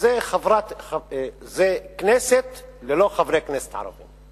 זה כנסת ללא חברי כנסת ערבים.